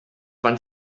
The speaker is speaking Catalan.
van